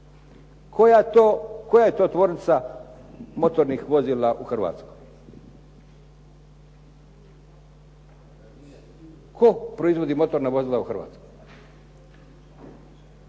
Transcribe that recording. Koja je to tvornica motornih vozila u Hrvatskoj? Tko proizvodi motorna vozila u Hrvatskoj? Šta